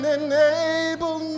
enable